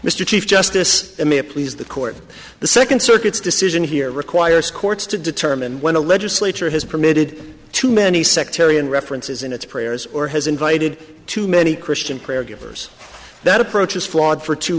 mr chief justice please the court the second circuit's decision here requires courts to determine when a legislature has permitted too many sectarian references in its prayers or has invited too many christian prayer givers that approach is flawed for two